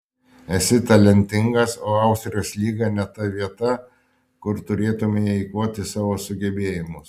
esi talentingas o austrijos lyga ne ta vieta kur turėtumei eikvoti savo sugebėjimus